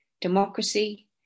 democracy